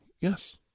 Yes